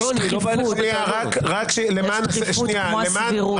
יש דחיפות, למשל הסבירות.